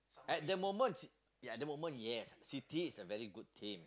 at that moment ya at that moment yes you see this is a very good team